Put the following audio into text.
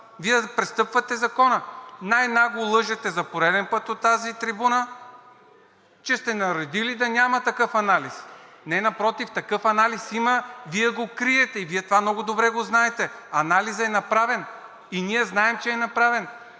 Вие пристъпвате закона, най-нагло лъжете за пореден път от тази трибуна, че сте наредили да няма такъв анализ. Не, напротив, такъв анализ има. Вие го криете и това много добре го знаете. Анализът е направен и ние знаем, че е направен.